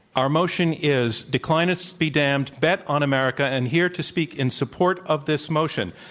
our motion is declinists be damned bet on america. and here to speak in support of this motion,